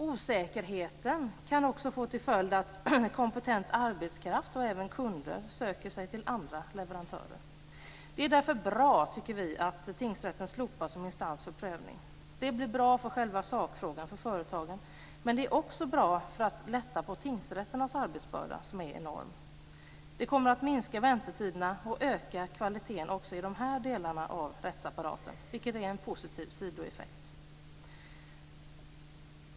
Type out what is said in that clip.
Osäkerheten kan också få till följd att kompetent arbetskraft och även kunder söker sig till andra leverantörer. Det är därför bra, tycker vi, att tingsrätten slopas som instans för prövning. Det blir bra för själva sakfrågan och för företagen, men det är också bra för att lätta på tingsrätternas arbetsbörda, som är enorm. Det kommer att minska väntetiderna och öka kvaliteten också i de här delarna av rättsapparaten, vilket är en positiv sidoeffekt.